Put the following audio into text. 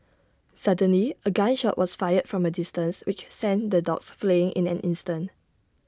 suddenly A gun shot was fired from A distance which sent the dogs fleeing in an instant